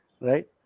right